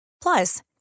Plus